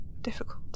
difficult